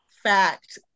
fact